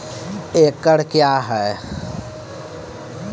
एकड कया हैं?